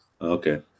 Okay